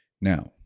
Now